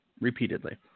repeatedly